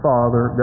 Father